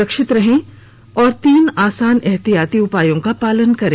सुरक्षित रहें और तीन आसान उपायों का पालन करें